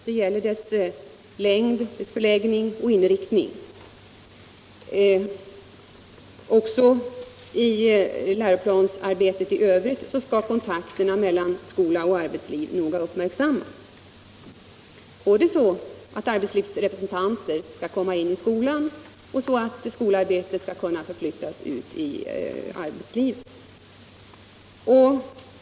Det gäller dess längd, dess förläggning och inriktning. Också i läroplansarbetet i övrigt skall kontakterna mellan skola och arbetsliv noga uppmärksammas, både så att arbetslivsrepresentanter skall komma in i skolan och så att skolarbetet skall kunna förflyttas ut i arbetslivet.